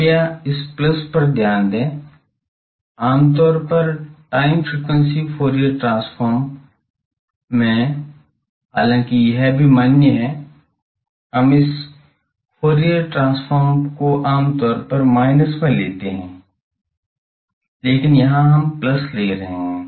कृपया इस प्लस पर ध्यान दें आमतौर पर टाइम फ्रीक्वेंसी फूरियर ट्रांसफॉर्म में हालांकि यह भी मान्य है हम इस फूरियर ट्रांसफॉर्म को आमतौर पर minus में लेते हैं लेकिन यहां हम plus ले रहे हैं